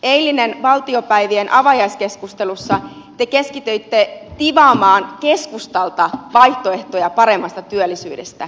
eilisessä valtiopäivien avajaiskeskustelussa te keskityitte tivaamaan keskustalta vaihtoehtoja paremmasta työllisyydestä